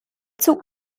zug